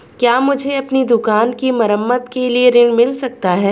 क्या मुझे अपनी दुकान की मरम्मत के लिए ऋण मिल सकता है?